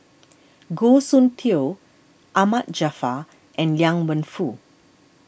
Goh Soon Tioe Ahmad Jaafar and Liang Wenfu